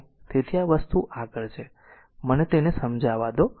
તેથી તે જ વસ્તુ આગળ છે તેથી મને તેને સમજાવા દો